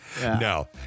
No